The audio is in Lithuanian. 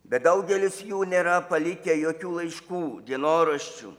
bet daugelis jų nėra palikę jokių laiškų dienoraščių